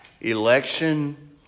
Election